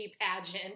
pageant